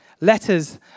Letters